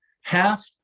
half